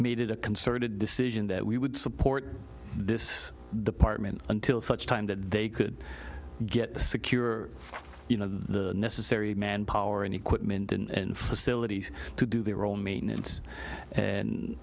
made a concerted decision that we would support this department until such time that they could get the secure you know the necessary manpower and equipment and facilities to do their own maintenance and